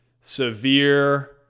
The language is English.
severe